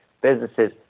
businesses